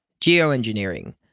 Geoengineering